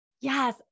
Yes